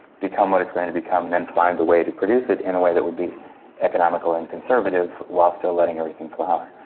become what it's going to become, and then find a way to produce it in a way that would be economical and conservative, while still letting everything fly.